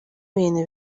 ibintu